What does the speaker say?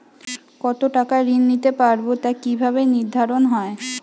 কতো টাকা ঋণ নিতে পারবো তা কি ভাবে নির্ধারণ হয়?